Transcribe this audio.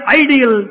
ideal